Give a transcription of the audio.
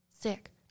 Sick